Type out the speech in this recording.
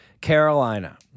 Carolina